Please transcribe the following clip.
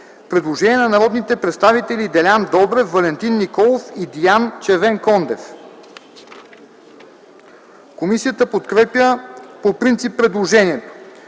Предложение на народните представители Делян Добрев, Валентин Николов и Диан Червенкондев. Комисията подкрепя по принцип предложението.